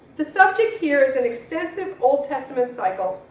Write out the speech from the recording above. the subject here is an extensive old testament cycle,